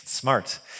smart